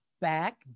back